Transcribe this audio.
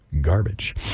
Garbage